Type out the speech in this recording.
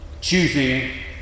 choosing